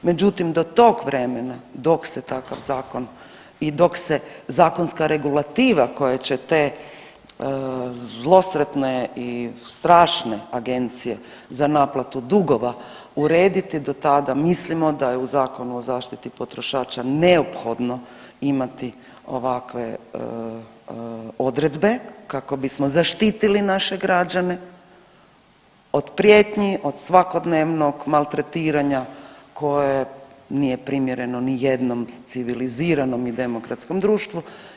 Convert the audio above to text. Međutim do tog vremena dok se takav zakon i dok se zakonska regulativa koja će te zlosretne i strašne agencije za naplatu dugova urediti do tada mislimo da je u Zakonu o zaštiti potrošača neophodno imati ovakve odredbe kako bismo zaštitili naše građane od prijetnji, od svakodnevnog maltretiranja koje nije primjereno ni jednom civiliziranom i demokratskom društvu.